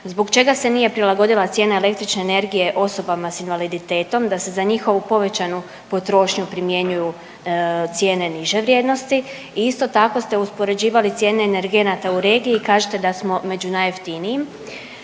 Zbog čega se nije prilagodila cijena električne energije osobama s invaliditetom da se za njihovu povećanu potrošnju primjenjuju cijene niže vrijednosti i isto tako ste uspoređivali cijene energenata u regiji i kažete da smo među najjeftinijim.